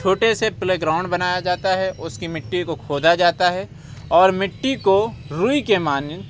چھوٹے سے playground بنایا جاتا ہے اس کی مٹی کو کھودا جاتا ہے اور مٹی کو روئی کے مانند